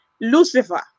lucifer